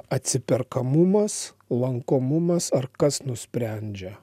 atsiperkamumas lankomumas ar kas nusprendžia